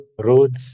road